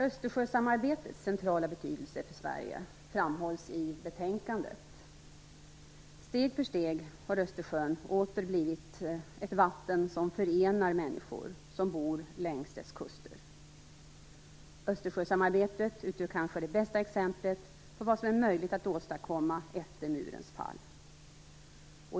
Östersjösamarbetets centrala betydelse för Sverige framhålls i betänkandet. Steg för steg har Östersjön åter blivit ett vatten som förenar människor som bor längs dess kuster. Östersjösamarbetet utgör kanske det bästa exemplet på vad som är möjligt att åstadkomma efter murens fall.